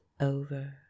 over